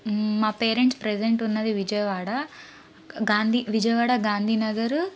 మా parents present ఉన్నది విజయవాడ గాంధీ విజయవాడ గాంధీ నగరు